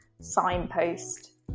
signpost